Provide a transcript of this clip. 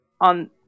on